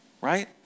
Right